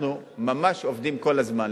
אנחנו ממש עובדים כל הזמן.